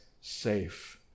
safe